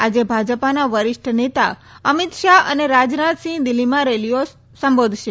આજે ભાજપના વરિષ્ઠ નેતા અમિત શાહ અને રાજનાથસિંહ દિલ્હીમાં રેલીઓ સંબોધશે